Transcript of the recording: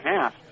half